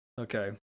Okay